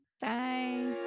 Bye